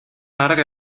арга